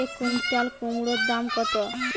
এক কুইন্টাল কুমোড় দাম কত?